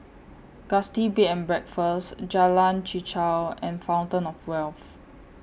Gusti Bed and Breakfast Jalan Chichau and Fountain of Wealth